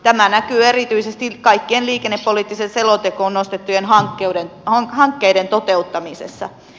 tämä näkyy erityisesti kaikkien liikennepoliittiseen selontekoon nostettujen hankkeiden toteuttamisessa